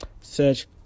search